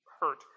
hurt